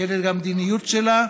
כנגד המדיניות שלה,